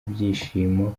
ibyishimo